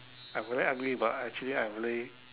I very ugly but actually I'm really